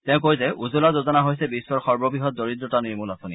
তেওঁ কয় যে উজুলা যোজনা হৈছে বিশ্বৰ সৰ্ববৃহৎ দৰিদ্ৰতা নিৰ্মল আঁচনি